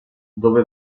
dove